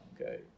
Okay